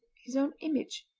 his own image.